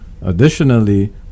Additionally